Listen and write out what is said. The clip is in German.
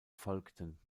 folgten